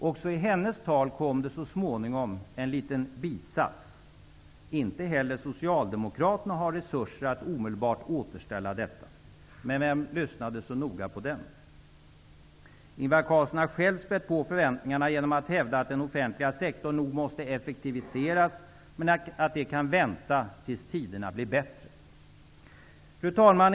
Också i hennes tal kom det så småningom en liten bisats, nämligen att inte heller Socialdemokraterna har resurser att omedelbart återställa detta. Men vem lyssnade så noga på den? Ingvar Carlsson har själv spätt på förväntningarna genom att hävda att den offentliga sektorn nog måste effektiviseras, men att det kan vänta tills tiderna blir bättre. Fru talman!